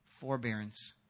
forbearance